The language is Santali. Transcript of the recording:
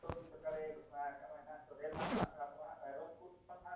ᱢᱳᱫᱤ ᱥᱚᱨᱠᱟᱨᱮ ᱜᱷᱳᱥᱳᱱᱟ ᱠᱟᱜ ᱢᱟᱭ ᱱᱟᱦᱟᱜ ᱱᱤᱛᱳᱜ ᱨᱮ ᱞ ᱱᱟᱦᱟᱜ ᱵᱮᱱᱟᱜ ᱠᱟᱱ ᱛᱟᱵᱚᱱᱟ ᱱᱟᱦᱟᱜ ᱨᱟᱭᱨᱚᱢᱯᱩᱨ ᱠᱷᱚᱱ ᱱᱟᱦᱟᱜ